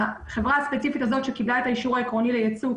החברה הספציפית הזאת שקיבלה את האישור העקרוני ליצוא,